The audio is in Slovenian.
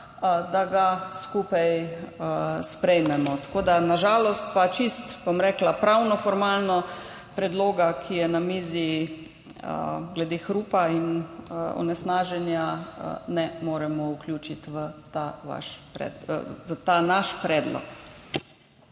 vlad, skupaj sprejeti. Na žalost pa čisto pravno-formalno predloga, ki je na mizi, glede hrupa in onesnaženja ne moremo vključiti v ta naš predlog.